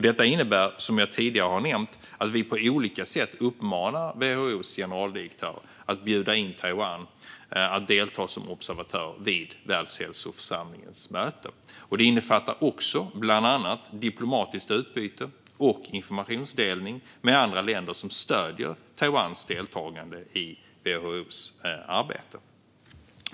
Detta innebär, som jag tidigare har nämnt, att vi på olika sätt uppmanar WHO:s generaldirektör att bjuda in Taiwan att delta som observatör vid Världshälsoförsamlingens möten. Det innefattar också bland annat diplomatiskt utbyte och informationsdelning med andra länder som stöder Taiwans deltagande i WHO:s arbete.